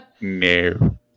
no